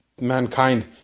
mankind